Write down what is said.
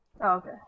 Okay